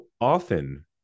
often